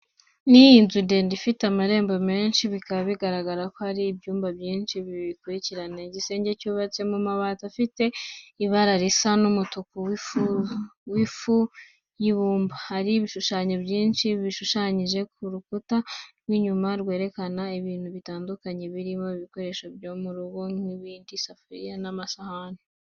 Ni inzu ndende ifite amarembo menshi, bikaba bigaragara ko ari ibyumba byinshi bikurikirana. Igisenge cyubatse mu mabati afite ibara risa n’umutuku w’ifu y’ibumba. Hari ibishushanyo byinshi bishushanyije ku rukuta rw’inyuma rwerekana ibintu bitandukanye birimo ibikoresho byo mu rugo nk'ibibindi, isafuriya n'amasahani.